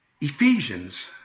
Ephesians